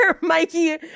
Mikey